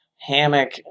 hammock